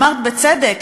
אמרת בצדק,